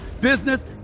business